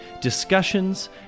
discussions